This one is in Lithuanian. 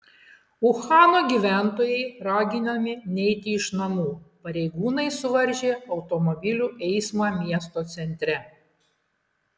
uhano gyventojai raginami neiti iš namų pareigūnai suvaržė automobilių eismą miesto centre